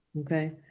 Okay